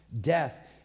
Death